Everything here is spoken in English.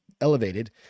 elevated